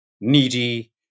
needy